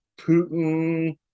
Putin